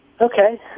okay